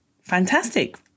Fantastic